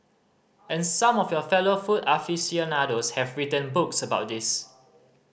and some of your fellow food aficionados have written books about this